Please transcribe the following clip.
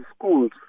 schools